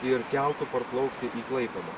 ir keltu parplaukti į klaipėdą